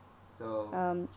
so